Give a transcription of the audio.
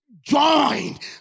joined